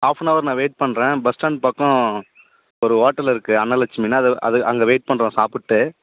half an hour நான் wait பண்ணுறேன் bus stand பக்கம் ஒரு ஹோட்டல் இருக்குது அன்னலெட்சுமினு அதை அதை அங்கே வெயிட் பண்ணுறோம் சாப்பிட்டு